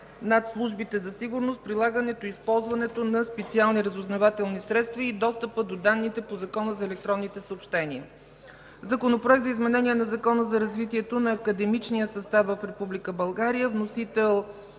Законопроект за изменение на Закона за развитието на академичния състав в Република България. Вносители